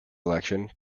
election